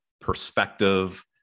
perspective